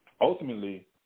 ultimately